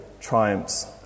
triumphs